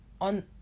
on